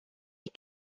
est